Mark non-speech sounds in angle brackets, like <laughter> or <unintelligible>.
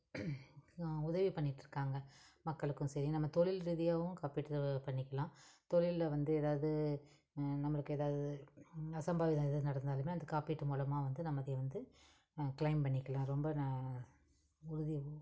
உதவி பண்ணிகிட்டுருக்காங்க மக்களுக்கும் சரி நம்ம தொழில் ரீதியாகவும் காப்பீட்டு பண்ணிக்கலாம் தொழில்ல வந்து ஏதாவது நம்மளுக்கு ஏதாது அசம்பாவிதம் எதும் நடந்தாலுமே வந்து அது காப்பீட்டு மூலமாக வந்து நம்ம இதையே வந்து க்ளைம் பண்ணிக்கலாம் ரொம்ப நான் <unintelligible>